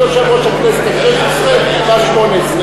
אני יושב-ראש הכנסת השש-עשרה והשמונה-עשרה,